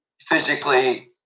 physically